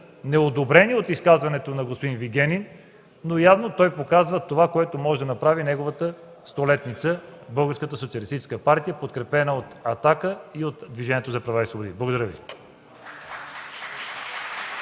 неодобрение от изказването на господин Вигенин, но явно той показва това, което може да направи неговата столетница – Българската социалистическа партия, подкрепена от „Атака” и от Движението за права и свободи. Благодаря Ви.